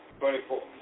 Twenty-four